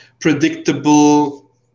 predictable